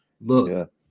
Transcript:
look